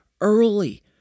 early